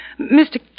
Mr